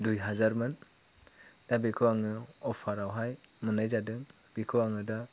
दुइ हाजारमोन दा बेखौ आङो अफारावहाय मोननाय जादों बेखौ आङो दा